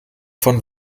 von